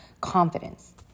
confidence